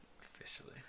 Officially